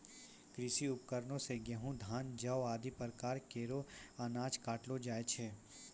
कृषि उपकरण सें गेंहू, धान, जौ आदि प्रकार केरो अनाज काटलो जाय छै